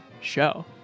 show